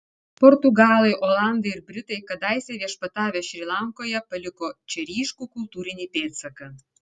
portugalai olandai ir britai kadaise viešpatavę šri lankoje paliko čia ryškų kultūrinį pėdsaką